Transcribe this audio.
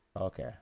Okay